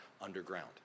underground